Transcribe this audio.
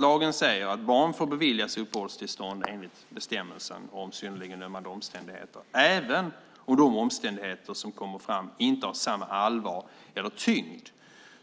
Lagen säger att barn får beviljas uppehållstillstånd enligt bestämmelsen om synnerligen ömmande omständigheter även om de omständigheter som kommer fram inte har det allvar eller den tyngd